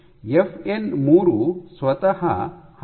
FN 3 ಸ್ವತಃ ಹದಿನೈದು domain ಗಳನ್ನು ಹೊಂದಿದೆ